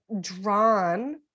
drawn